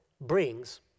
brings